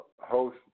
Host